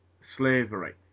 slavery